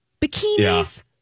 bikinis